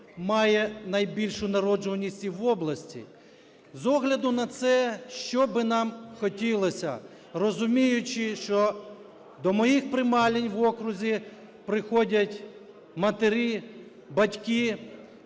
має найбільшу народжуваність і в області. З огляду на це, що би нам хотілося? Розуміючи, що до моїх приймалень в окрузі приходять матері, батьки,